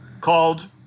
Called